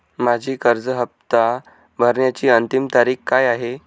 माझी कर्ज हफ्ता भरण्याची अंतिम तारीख काय आहे?